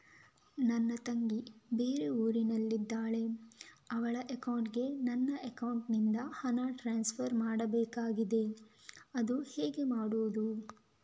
ನನ್ನ ತಂಗಿ ಬೇರೆ ಊರಿನಲ್ಲಿದಾಳೆ, ಅವಳ ಅಕೌಂಟಿಗೆ ನನ್ನ ಅಕೌಂಟಿನಿಂದ ಹಣ ಟ್ರಾನ್ಸ್ಫರ್ ಮಾಡ್ಬೇಕಾಗಿದೆ, ಅದು ಹೇಗೆ ಮಾಡುವುದು?